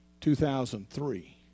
2003